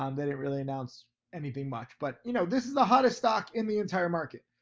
um they didn't really announced anything much. but you know, this is the hottest stock in the entire market.